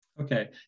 Okay